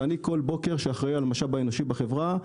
ואני כל בוקר שאני אחראי על המשאב האנושי בחברה,